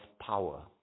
power